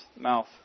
mouth